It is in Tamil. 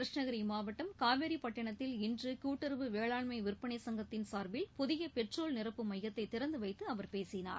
கிருஷ்ணகிரி மாவட்டம் காவேரிபட்டிணத்தில் இன்று கூட்டுறவு வேளாண்மை விற்பனை சங்கத்தின் சார்பில் புதிய பெட்ரோல் நிரப்பும் மையத்தை திறந்து வைத்து அவர் பேசினார்